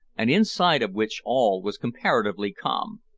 and inside of which all was comparatively calm.